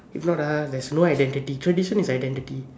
if not ah there's no identity tradition is identity